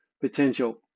potential